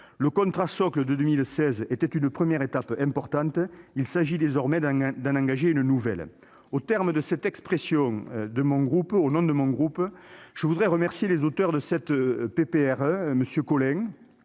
Le contrat socle de 2016 était une première étape importante, il s'agit désormais d'en engager une nouvelle. Au terme de cette prise de parole au nom de mon groupe, je veux remercier les auteurs de la proposition